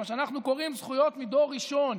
מה שאנחנו קוראים זכויות מדור ראשון: